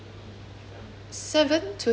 seven to ten A_M